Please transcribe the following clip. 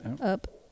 Up